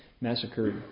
massacred